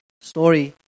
story